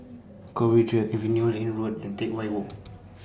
Cowdray Avenue Liane Road and Teck Whye Walk